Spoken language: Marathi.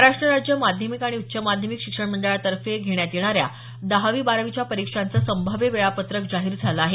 महाराष्ट राज्य माध्यमिक आणि उच्च माध्यमिक शिक्षण मंडळातर्फे घेण्यात येणाऱ्या दहावी बारावीच्या परीक्षांचं संभाव्य वेळापत्रक जाहीर झालं आहे